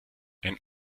ein